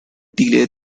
delay